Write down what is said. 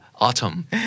autumn